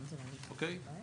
אוקיי?